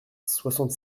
soixante